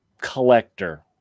collector